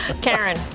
Karen